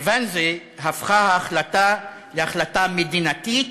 בוואנזה היא הפכה להחלטה מדינתית,